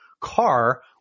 car